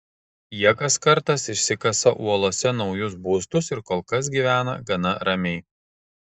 jie kas kartas išsikasa uolose naujus būstus ir kol kas gyvena gana ramiai